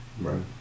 right